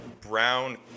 brown